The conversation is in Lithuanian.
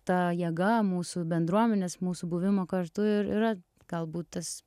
ta jėga mūsų bendruomenės mūsų buvimo kartu ir yra galbūt tas